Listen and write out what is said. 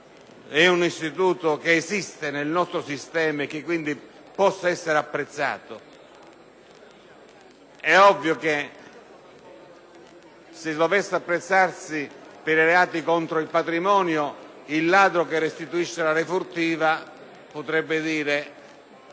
operoso esiste nel nostro sistema e quindi puoessere apprezzato. E[ ]ovvio che, se dovesse apprezzarsi per i reati contro il patrimonio, il ladro che restituisce la refurtiva potrebbe chiedere